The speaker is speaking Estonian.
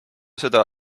seda